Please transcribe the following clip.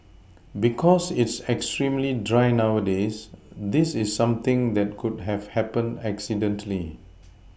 because it's extremely dry nowadays this is something that could have happened accidentally